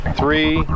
three